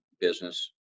business